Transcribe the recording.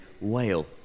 whale